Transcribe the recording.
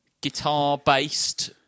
Guitar-based